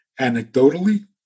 Anecdotally